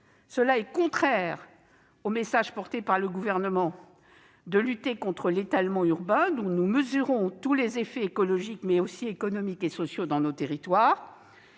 cela est contraire au message porté par le Gouvernement au sujet de la lutte contre l'étalement urbain, dont nous mesurons tous les effets écologiques mais aussi économiques et sociaux dans nos territoires.